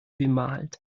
bemalt